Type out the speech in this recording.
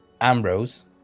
Ambrose